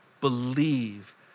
believe